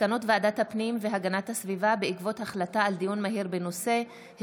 מסקנות ועדת הפנים והגנת הסביבה בעקבות דיון מהיר בהצעתם של חברי הכנסת